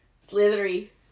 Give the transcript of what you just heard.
Slithery